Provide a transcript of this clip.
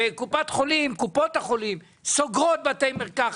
מה שגורם קופות החולים לסגור בתי מרקחת,